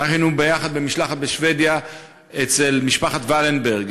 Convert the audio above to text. היינו ביחד במשלחת בשבדיה אצל משפחת ולנברג,